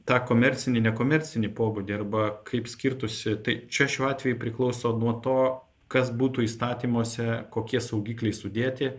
tą komercinį nekomercinį pobūdį arba kaip skirtųsi tai čia šiuo atveju priklauso nuo to kas būtų įstatymuose kokie saugikliai sudėti